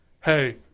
hey